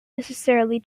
necessarily